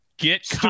Get